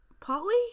polly